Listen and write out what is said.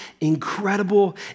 incredible